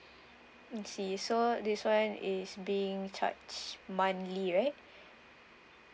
I see so this one is being charged monthly right